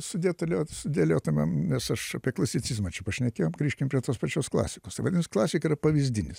sudėtuliot sudėliotumėm nes aš apie klasicizmą čia pašnekėjom grįžkim prie tos pačios klasikos vadinas klasika yra pavyzdinis